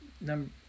number